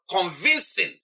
convincing